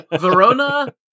Verona